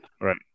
right